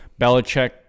Belichick